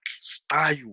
style